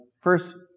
first